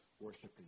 worshiping